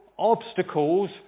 obstacles